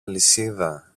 αλυσίδα